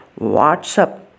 WhatsApp